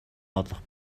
олох